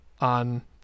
on